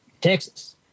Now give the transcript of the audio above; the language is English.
Texas